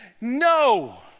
No